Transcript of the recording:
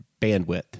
bandwidth